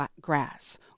grass